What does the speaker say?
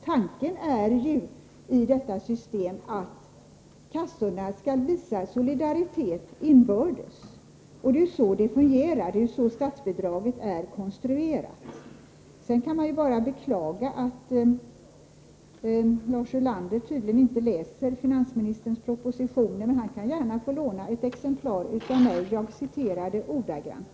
Tanken med detta system är att kassorna skall visa solidaritet inbördes. Det är på det sättet statsbidraget är konstruerat. Man kan bara beklaga att Lars Ulander tydligen inte läser finansministerns propositioner. Han kan gärna få låna ett exemplar av denna proposition av mig. Jag citerade ordagrant.